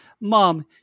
Mom